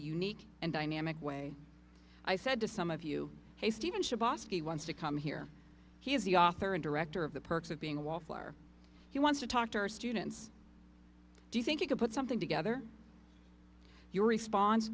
unique and dynamic way i said to some of you hey steven schabowski wants to come here he is the author and director of the perks of being a wallflower he wants to talk to our students do you think you could put something together your response